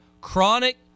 Chronic